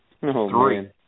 Three